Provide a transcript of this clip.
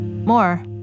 More